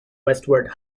westward